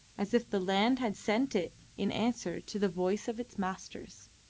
as if the land had sent it in answer to the voice of its masters.